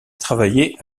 travailler